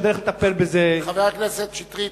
חבר הכנסת שטרית,